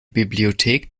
bibliothek